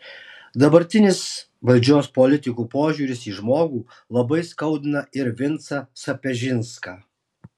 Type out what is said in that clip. dabartinės valdžios politikų požiūris į žmogų labai skaudina ir vincą sapežinską